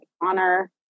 honor